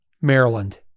Maryland